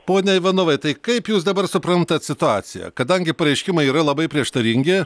pone ivanovai tai kaip jūs dabar suprantat situaciją kadangi pareiškimai yra labai prieštaringi